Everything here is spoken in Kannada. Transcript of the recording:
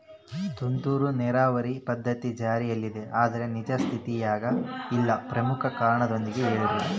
ತುಂತುರು ನೇರಾವರಿ ಪದ್ಧತಿ ಜಾರಿಯಲ್ಲಿದೆ ಆದರೆ ನಿಜ ಸ್ಥಿತಿಯಾಗ ಇಲ್ಲ ಪ್ರಮುಖ ಕಾರಣದೊಂದಿಗೆ ಹೇಳ್ರಿ?